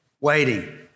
waiting